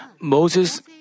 Moses